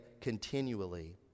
continually